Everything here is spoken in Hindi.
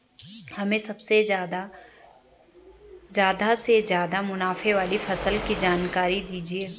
हमें सबसे ज़्यादा से ज़्यादा मुनाफे वाली फसल की जानकारी दीजिए